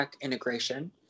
integration